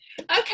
okay